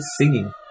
singing